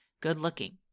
good-looking